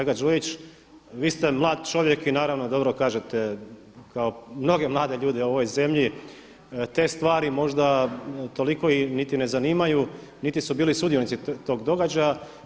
Kolega Đujić vi ste mlad čovjek i naravno dobro kažete kao mnogi mladi ljudi u ovoj zemlji te stvari možda toliko niti ne zanimaju, niti su bili sudionici tog događaja.